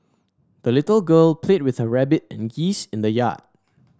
the little girl played with her rabbit and geese in the yard